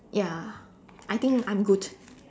ya I think I'm good